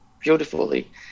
beautifully